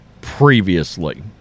previously